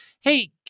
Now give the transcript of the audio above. hey